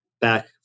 back